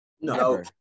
No